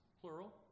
plural